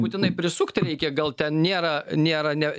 būtinai prisukt reikia gal ten nėra nėra ne